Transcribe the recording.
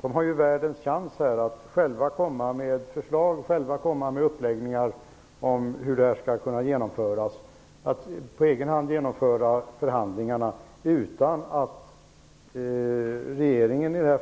De får världens chans att själva komma med förslag om genomförandet och på egen hand genomföra förhandlingarna utan att regeringen